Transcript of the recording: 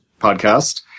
podcast